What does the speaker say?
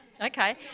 okay